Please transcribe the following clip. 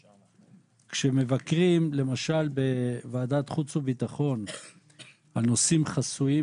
וכשמבקרים למשל בוועדת חוץ וביטחון על נושאים חסויים